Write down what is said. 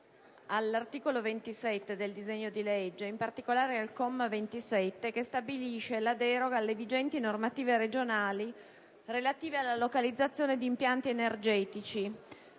l'articolo 27 del disegno di legge, in particolare il comma 27, che stabilisce la deroga alle vigenti normative regionali relative alla localizzazione di impianti energetici.